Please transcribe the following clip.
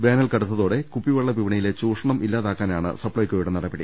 വേനൽ കടുത്തോടെ കുപ്പിവെള്ള വിപണി യിലെ ചൂഷണം ഇല്ലാതാക്കാനാണ് സപ്ലൈകോയുടെ നടപടി